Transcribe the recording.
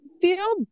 feel